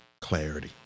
clarity